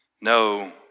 No